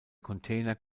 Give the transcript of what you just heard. container